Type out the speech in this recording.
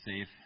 safe